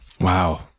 Wow